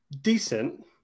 decent